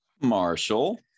Marshall